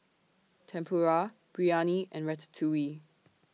Tempura Biryani and Ratatouille